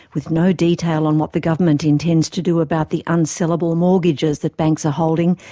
with no detail on what the government intends to do about the unsellable mortgages that banks are holding,